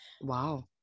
Wow